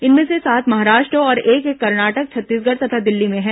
इनमें से सात महाराष्ट्र में और एक एक कर्नाटक छत्तीसगढ तथा दिल्ली में है